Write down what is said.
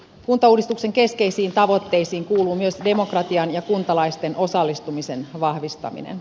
kuntauudistuksen keskeisiin tavoitteisiin kuuluu myös demokratian ja kuntalaisten osallistumisen vahvistaminen